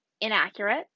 inaccurate